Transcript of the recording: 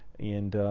and